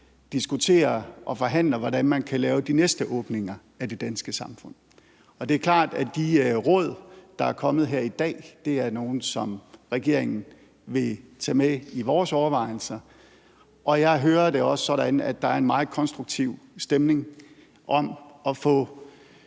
diskuterer og forhandler om, hvordan man kan lave de næste åbninger af det danske samfund. Det er klart, at de råd, der er kommet her i dag, er nogle, som regeringen vil tage med i overvejelserne. Jeg hører det også sådan, at der er en meget konstruktiv stemning for at få